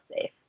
safe